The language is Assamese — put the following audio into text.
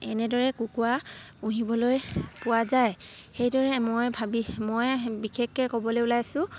এনেদৰে কুকুৰা পুহিবলৈ পোৱা যায় সেইদৰে মই ভাবিছো মই বিশেষকে ক'বলে ওলাইছোঁ